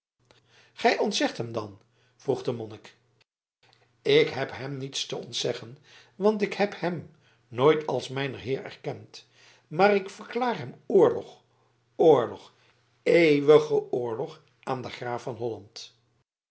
gij ontzegt hem dan vroeg de monnik ik heb hem niets te ontzeggen want ik heb hem nooit als mijnen heer erkend maar ik verklaar hem oorlog oorlog eeuwigen oorlog aan den graaf van holland